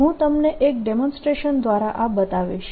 હું તમને એક ડેમોન્સ્ટ્રેશન દ્વારા આ બતાવીશ